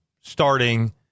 starting